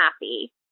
happy